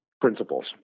principles